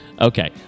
Okay